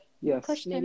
Yes